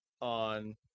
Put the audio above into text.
on